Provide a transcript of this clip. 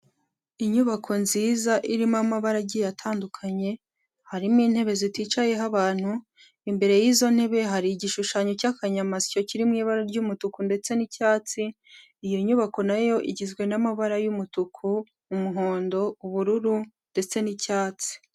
Inyubako nziza irimo amabara agiye atandukanye, harimo intebe ziticayeho abantu, imbere y'izo ntebe hari igishushanyo cy'Akanyamasyo kiri mu ibara ry'umutuku ndetse n'icyatsi, iyo nyubako na yo igizwe n'amabara y'umutuku, umuhondo, ubururu ndetse n'icyatsi.